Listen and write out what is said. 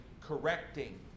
correcting